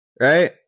right